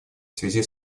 связи